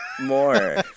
more